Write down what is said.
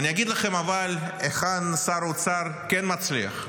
אבל אגיד לכם היכן שר אוצר כן מצליח.